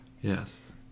Yes